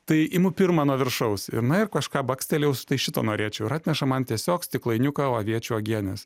tai imu pirmą nuo viršaus ir na ir kažką bakstelėjau su tai šito norėčiau ir atneša man tiesiog stiklainiuką aviečių uogienės